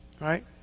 right